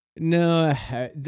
No